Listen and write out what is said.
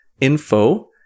info